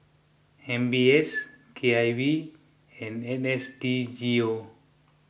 M B S K I V and N S D G O